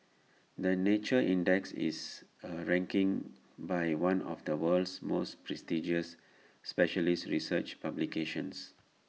the nature index is A ranking by one of the world's most prestigious specialist research publications